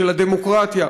של הדמוקרטיה.